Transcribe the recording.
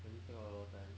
does it take up a lot of time